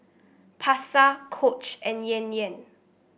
Pasar Coach and Yan Yan